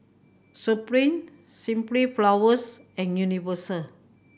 Supreme Simply Flowers and Universal